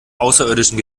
außerirdischen